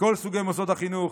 בכל סוגי מוסדות החינוך,